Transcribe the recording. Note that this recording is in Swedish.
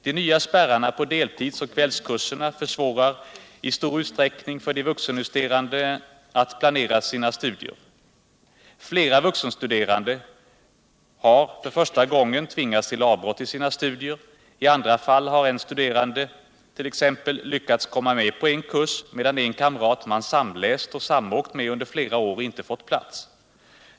De nya spärrarna på deltids och kvällskurserna försvårar i stor utsträckning för de vuxenstuderande att planera sina studier. Flera vuxenstuderande har för första gången tvingats till avbrott i sina studier. I andra fall har en studerande t.ex. lyckats komma med på en kurs, medan en kamrat som han samläst och samåkt med under flera år inte fått plats.